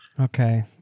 Okay